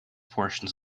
portions